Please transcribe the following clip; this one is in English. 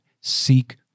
seek